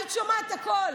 היית שומעת הכול,